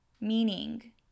meaning